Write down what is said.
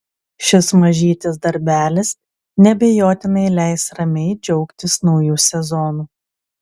šis mažytis darbelis neabejotinai leis ramiai džiaugtis nauju sezonu